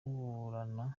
gukorana